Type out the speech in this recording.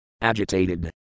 Agitated